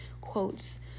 quotes